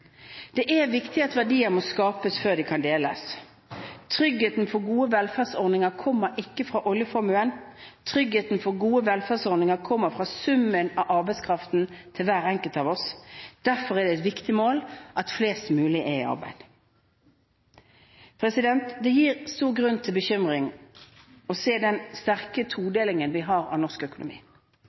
Det er viktig at verdiene skapes før de kan deles. Tryggheten for gode velferdsordninger kommer ikke fra oljeformuen; tryggheten for gode velferdsordninger kommer fra summen av arbeidskraften til hver enkelt av oss. Derfor er det et viktig mål at flest mulig er i arbeid. Det gir stor grunn til bekymring å se den sterke todelingen vi har i norsk økonomi.